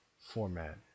format